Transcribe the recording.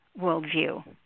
worldview